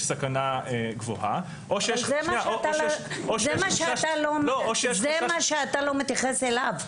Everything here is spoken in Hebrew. סכנה גבוהה או שיש --- זה מה שאתה לא מתייחס אליו.